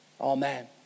Amen